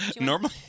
Normally